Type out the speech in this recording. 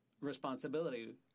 responsibility